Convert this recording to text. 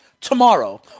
Tomorrow